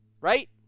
Right